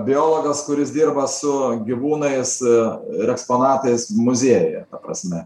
biologas kuris dirba su gyvūnais ir eksponatais muziejuje ta prasme